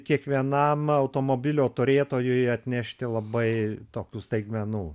kiekvienam automobilio turėtojui atnešti labai tokių staigmenų